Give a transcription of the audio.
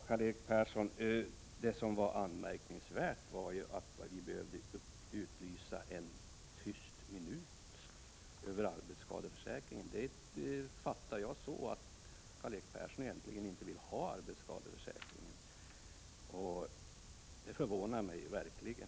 Karl-Erik Persson, det anmärkningsvärda var att vi behövde utlysa en tyst minut över arbetsskadeförsäkringen. Det fattade jag så att Karl-Erik Persson egentligen inte vill ha någon arbetsskadeförsäkring, och det förvånar mig verkligen.